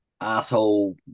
asshole